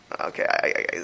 Okay